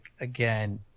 again